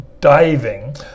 diving